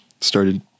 started